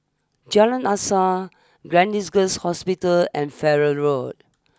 Jalan Asas Gleneagles Hospital and Farrer Road